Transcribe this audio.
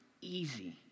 easy